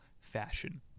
fashion